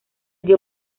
dio